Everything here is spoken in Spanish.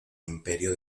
imperio